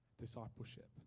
discipleship